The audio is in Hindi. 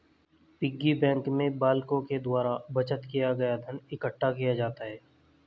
पिग्गी बैंक में बालकों के द्वारा बचत किया गया धन इकट्ठा किया जाता है